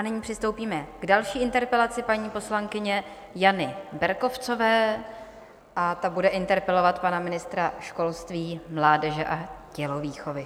Nyní přistoupíme k další interpelaci paní poslankyně Jany Berkovcové a ta bude interpelovat pana ministra školství, mládeže a tělovýchovy.